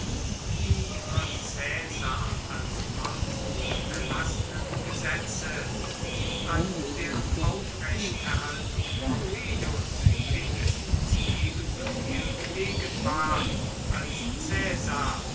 die von caesar als konsul erlassenen gesetze an deren aufrechterhaltung pompeius wenigstens ebensoviel gelegen war als caesar